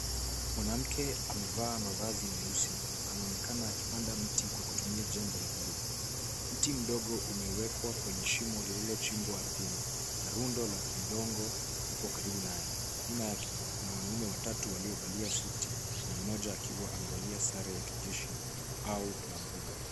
Mwanamke amevaa mavazi meusi anaonekana akipanda mti kwa kutumia jembe la buluu ,mti mdogo umewekwa kwenye shimo lililochimbwa ardhini na rundo la udongo upo karibu naye ,nyuma yake kuna wanaume watatu waliovalia suti na mmoja akiwa amevalia sare ya kijeshi au ya mbuga.